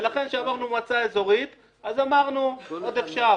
ולכן כשאמרנו מועצה אזורית, אז אמרנו עוד אפשר.